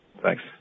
Thanks